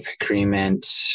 agreement